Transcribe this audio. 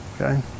Okay